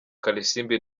kalisimbi